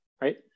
right